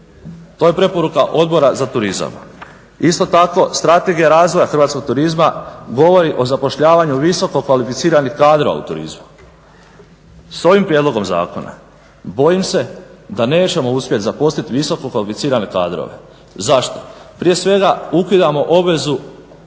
To je preporuka Odbora za turizam. Isto tako strategija razvoja hrvatskog turizma govori o zapošljavanju visoko kvalificiranih kadra u turizmu. S ovim prijedlogom zakona bojim se da nećemo uspjeti zaposliti visoko kvalificirane kadrove. Zašto? Prije svega ukidamo obvezu